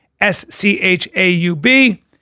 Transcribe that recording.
S-C-H-A-U-B